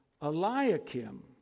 Eliakim